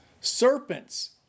serpents